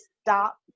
stop